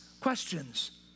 questions